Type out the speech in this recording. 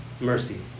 mercy